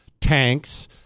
tanks